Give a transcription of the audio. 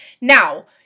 Now